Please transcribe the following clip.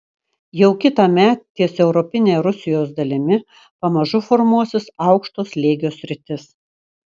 jau kitąmet ties europine rusijos dalimi pamažu formuosis aukšto slėgio sritis